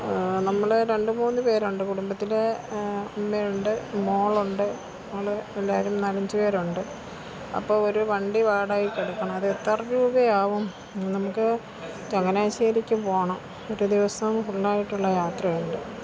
നമ്മളെ രണ്ട് മൂന്ന് പേരുണ്ട് കുടുംബത്തില് അമ്മ ഉണ്ട് മോളുണ്ട് മോള് എല്ലാവരും നാലഞ്ച് പേരുണ്ട് അപ്പം ഒരു വണ്ടി വാടകയ്ക്ക് എടുക്കണം അതെത്ര രൂപയാവും നമുക്ക് ചങ്ങനാശ്ശേരിക്ക് പോകണം ഒരു ദിവസം ഫുള്ളായിട്ടുള്ള യാത്ര ഉണ്ട്